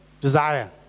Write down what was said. desire